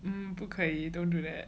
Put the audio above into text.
um 不可以 don't do that